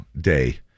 Day